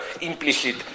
implicit